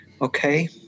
okay